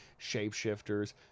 shapeshifters